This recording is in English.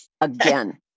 again